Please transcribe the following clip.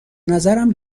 نظرم